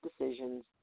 decisions